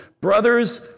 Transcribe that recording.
Brothers